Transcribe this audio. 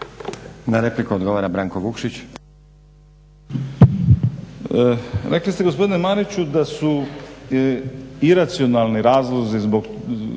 Na repliku odgovara Martina Dalić.